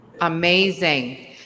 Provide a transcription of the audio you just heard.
Amazing